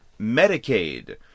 Medicaid